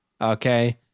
Okay